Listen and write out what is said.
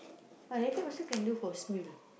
[wah] later also can do voicemail